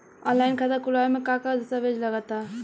Online खाता खूलावे म का का दस्तावेज लगा ता?